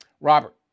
Robert